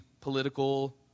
political